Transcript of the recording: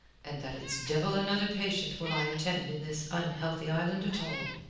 and that it's devil another patient will i attend in this unhealthy island at all.